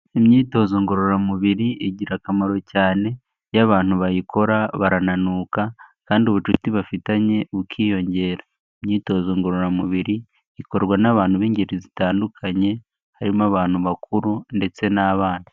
Imyitozo ngororamubiri igira akamaro cyane, iyo abantu bayikora barananuka kandi ubucuti bafitanye bukiyongera, imyitozo ngororamubiri ikorwa n'abantu b'ingeri zitandukanye, harimo abantu, bakuru ndetse n'abana.